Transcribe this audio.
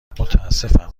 متاسفم